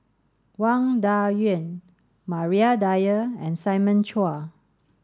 Wang Dayuan Maria Dyer and Simon Chua